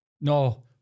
no